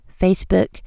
Facebook